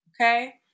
Okay